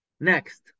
Next